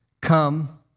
Come